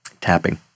Tapping